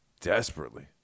desperately